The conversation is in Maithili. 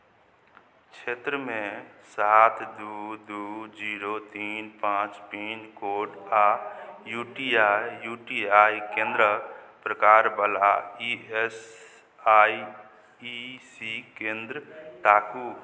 क्षेत्रमे सात दू दू जीरो तीन पाँच पिनकोड आ U T I U T I केन्द्रक प्रकारवला E S I E C केन्द्र ताकू